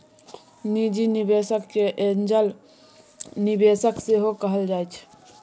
निजी निबेशक केँ एंजल निबेशक सेहो कहल जाइ छै